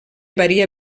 varia